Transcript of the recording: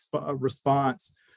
response